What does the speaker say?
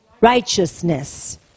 righteousness